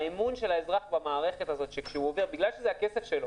האמון של האזרח במערכת הזאת בגלל שזה הכסף שלו